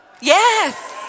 Yes